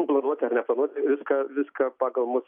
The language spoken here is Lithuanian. planuoti ar neplanuoti viską viską pagal mus